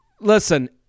Listen